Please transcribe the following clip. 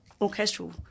orchestral